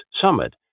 Summit